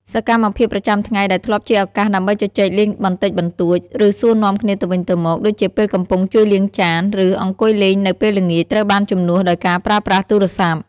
សកម្មភាពប្រចាំថ្ងៃដែលធ្លាប់ជាឱកាសដើម្បីជជែកលេងបន្តិចបន្តួច ឬសួរនាំគ្នាទៅវិញទៅមក ដូចជាពេលកំពុងជួយលាងចាន ឬអង្គុយលេងនៅពេលល្ងាច ត្រូវបានជំនួសដោយការប្រើប្រាស់ទូរស័ព្ទ។